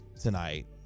tonight